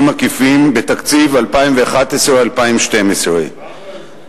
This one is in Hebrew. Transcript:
עקיפים בתקציב 2011 2012. דיברנו על זה.